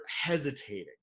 hesitating